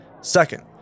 Second